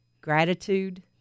gratitude